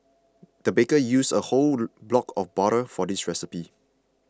the baker used a whole block of butter for this recipe